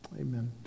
amen